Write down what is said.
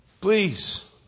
Please